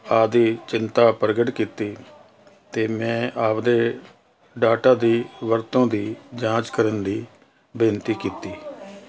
ਆਪਣੀ ਚਿੰਤਾ ਪ੍ਰਗਟ ਕੀਤੀ ਅਤੇ ਮੈਂ ਆਪਣੇ ਡਾਟਾ ਦੀ ਵਰਤੋਂ ਦੀ ਜਾਂਚ ਕਰਨ ਦੀ ਬੇਨਤੀ ਕੀਤੀ